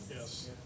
Yes